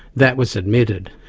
that was admitted.